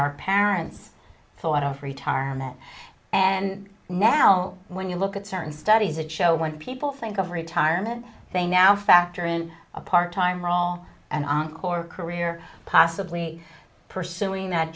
our parents so out of retirement and now when you look at certain studies that show when people think of retirement they now factor in a part time raul and encore career possibly pursuing that